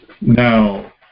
Now